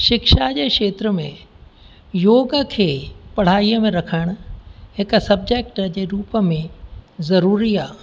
शिक्षा जे खेत्र में योग खे पढ़ाईअ में रखण हिकु सब्जेक्ट जे रूप में ज़रूरी आहे